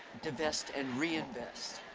divest and reinvest.